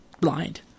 blind